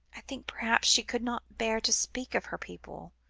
i think perhaps she could not bear to speak of her people,